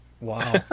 wow